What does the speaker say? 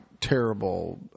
Terrible